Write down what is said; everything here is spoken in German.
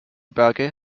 berge